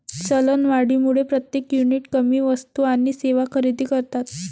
चलनवाढीमुळे प्रत्येक युनिट कमी वस्तू आणि सेवा खरेदी करतात